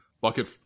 bucket